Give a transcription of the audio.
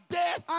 death